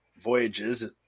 Voyages